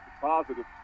positive